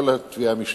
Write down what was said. ולא לתביעה המשטרתית.